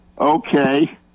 Okay